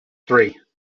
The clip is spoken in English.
three